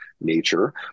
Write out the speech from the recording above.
nature